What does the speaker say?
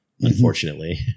unfortunately